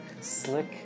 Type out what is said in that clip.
slick